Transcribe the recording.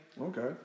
Okay